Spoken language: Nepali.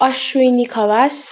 अश्विनी खवास